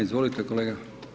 Izvolite kolega.